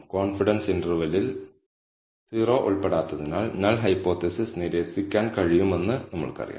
confidence ഇന്റർവെൽൽ 0 ഉൾപ്പെടാത്തതിനാൽ null hypothesis നിരസിക്കാൻ കഴിയുമെന്ന് നമ്മൾക്കറിയാം